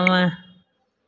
नव